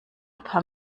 paar